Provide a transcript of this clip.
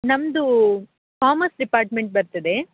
ನಮ್ಮದು commerce department ಬರ್ತದೆ